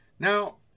Now